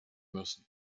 müssen